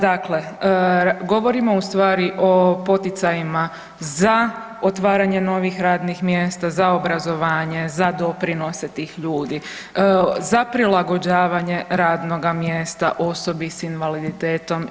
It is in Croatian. Dakle, govorimo u stvari o poticajima za otvaranje novih radnih mjesta, za obrazovanje, za doprinose tih ljudi, za prilagođavanje radnoga mjesta osobi sa invaliditetom.